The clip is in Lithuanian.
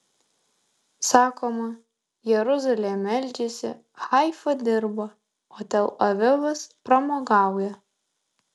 sakoma jeruzalė meldžiasi haifa dirba o tel avivas pramogauja